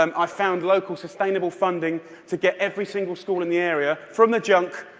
um i found local sustainable funding to get every single school in the area from the junk,